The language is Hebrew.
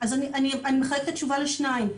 אני אחלק את התשובה לשניים.